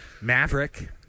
Maverick